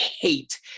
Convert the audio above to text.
hate